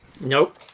Nope